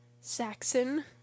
Saxon